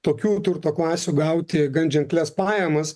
tokių turto klasių gauti gan ženklias pajamas